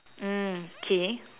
mm K